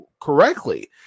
correctly